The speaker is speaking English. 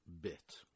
bit